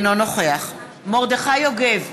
אינו נוכח מרדכי יוגב,